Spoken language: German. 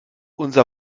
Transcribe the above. unser